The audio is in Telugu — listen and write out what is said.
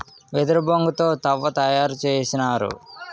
వెదురు బొంగు తో తవ్వ తయారు చేసినారు